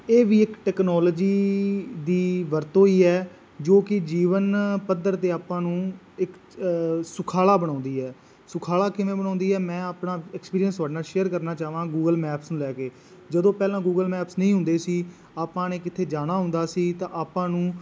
ਇਹ ਵੀ ਇੱਕ ਟੈਕਨੋਲੋਜੀ ਦੀ ਵਰਤੋਂ ਹੀ ਹੈ ਜੋ ਕਿ ਜੀਵਨ ਪੱਧਰ 'ਤੇ ਆਪਾਂ ਨੂੰ ਇੱਕ ਸੁਖਾਲਾ ਬਣਾਉਂਦੀ ਹੈ ਸੁਖਾਲਾ ਕਿਵੇਂ ਬਣਾਉਂਦੀ ਹੈ ਮੈਂ ਆਪਣਾ ਐਕਸਪੀਰੀਅੰਸ ਤੁਹਾਡੇ ਨਾਲ ਸ਼ੇਅਰ ਕਰਨਾ ਚਾਹਵਾਂ ਗੂਗਲ ਮੈਪਸ ਨੂੰ ਲੈ ਕੇ ਜਦੋਂ ਪਹਿਲਾਂ ਗੂਗਲ ਮੈਪਸ ਨਹੀਂ ਹੁੰਦੇ ਸੀ ਆਪਾਂ ਨੇ ਕਿਤੇ ਜਾਣਾ ਹੁੰਦਾ ਸੀ ਤਾਂ ਆਪਾਂ ਨੂੰ